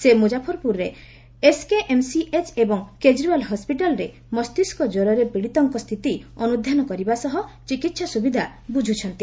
ସେ ମୁଜାଫରପୁରର ଏସ୍କେଏମ୍ସିଏଚ୍ ଏବଂ କେଜ୍ରିଓ୍ବାଲ୍ ହସ୍କିଟାଲ୍ରେ ମସ୍ତିଷ୍କ ଜ୍ୱରରେ ପୀଡ଼ିତଙ୍କ ସ୍ଥିତି ଅନୁଧ୍ୟାନ କରିବା ସହ ଚିକିତ୍ସା ସୁବିଦା ବୁଝୁଛନ୍ତି